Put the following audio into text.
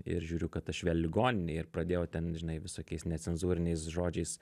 ir žiūriu kad aš vėl ligoninėj ir pradėjau ten žinai visokiais necenzūriniais žodžiais